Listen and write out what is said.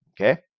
Okay